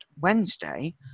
Wednesday